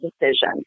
decision